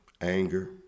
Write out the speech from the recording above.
anger